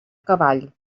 cavall